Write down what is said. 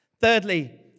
Thirdly